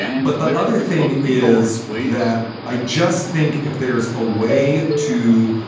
but the other thing is that i just think if there's a way to,